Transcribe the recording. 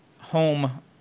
home